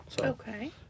Okay